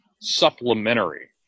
supplementary